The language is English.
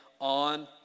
on